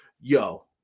Yo